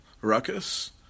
ruckus